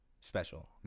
special